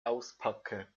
auspacke